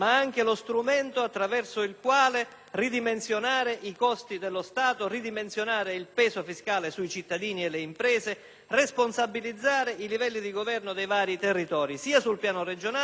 ridimensionare i costi dello Stato ed il peso fiscale sui cittadini e le imprese e responsabilizzare i livelli di governo dei vari territori, sia sul piano regionale sia sul piano provinciale e comunale.